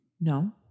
No